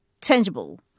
tangible